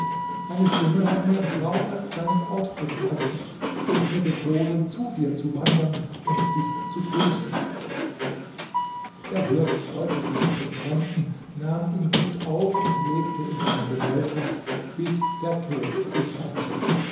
eine stimme hat mir im traume deinen ort bezeichnet und mir befohlen zu dir zu wandern und dich zu grüßen der hirt freute sich mit dem fremden nahm ihn gut auf und lebte in seiner gesellschaft bis der tod sie trennte